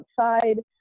outside